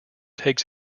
takes